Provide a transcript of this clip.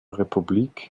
republik